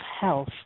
health